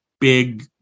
big